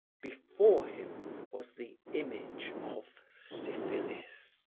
before him was the image of syphilis.